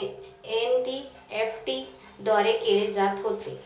NEFT द्वारे केले जात होते